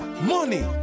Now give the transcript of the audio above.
Money